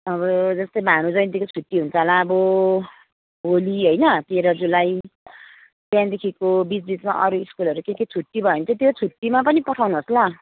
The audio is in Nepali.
अब जस्तै भानुजयन्तीको छुट्टी हुन्छ होला अब होली होइन तेह्र जुलाई त्यहाँदेखिको बिचबिचमा अरू स्कुलहरू के के छुट्टी भयो भने चाहिँ त्यो पनि पठाउनुहोस् ल